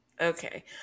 Okay